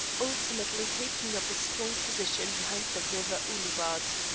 ultimately taking up a strong position behind the river ouloubad.